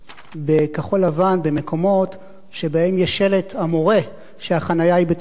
בכחול-לבן במקומות שבהם יש שלט המורה שהחנייה היא בתשלום.